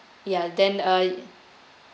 ya then uh